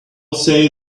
say